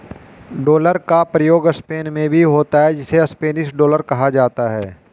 dollar का प्रयोग Spain में भी होता है जिसे स्पेनिश डॉलर कहा जाता है